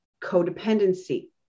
codependency